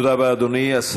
תודה רבה, אדוני.